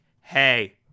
Hey